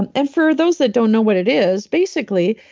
and and for those that don't know what it is, basically,